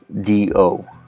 D-O